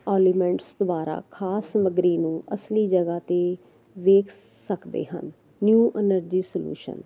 ਓਲੀਮੈਂਟਸ ਦੁਬਾਰਾ ਖਾਸ ਸਮੱਗਰੀ ਨੂੰ ਅਸਲੀ ਜਗ੍ਹਾ ਤੇ ਵੇਖ ਸਕਦੇ ਹਾਂ ਨਿਊ ਐਨਰਜੀ ਸਲਿਊਸ਼ਨ